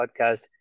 podcast